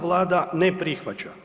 Vlada ne prihvaća.